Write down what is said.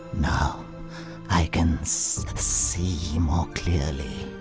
now i can see more clearly.